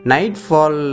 Nightfall